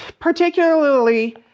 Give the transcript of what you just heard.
particularly